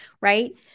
right